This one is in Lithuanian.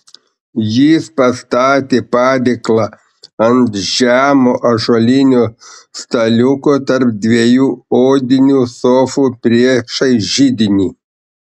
jis pastatė padėklą ant žemo ąžuolinio staliuko tarp dviejų odinių sofų priešais židinį